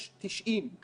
יש 90,